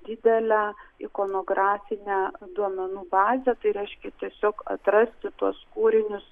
didelę ikonografinę duomenų bazę tai reiškia tiesiog atrasti tuos kūrinius